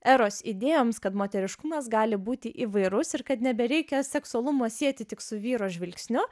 eros idėjoms kad moteriškumas gali būti įvairus ir kad nebereikia seksualumo sieti tik su vyro žvilgsniu